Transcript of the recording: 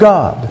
God